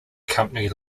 company